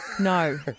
No